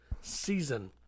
season